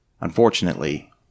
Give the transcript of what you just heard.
Unfortunately